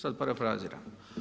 Sad parafraziram.